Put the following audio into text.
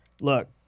look